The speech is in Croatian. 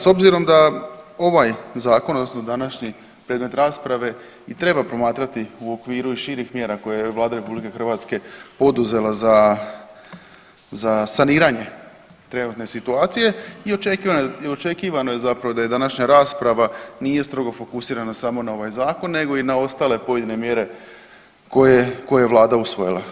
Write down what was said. S obzirom da ovaj zakon odnosno današnji predmet rasprave i treba promatrati u okviru i širih mjera koje je Vlada RH poduzela za saniranje trenutne situacije i očekivano je da je današnja rasprava nije strogo fokusirana samo na ovaj zakon nego i na ostale pojedine mjere koje je Vlada usvojila.